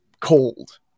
cold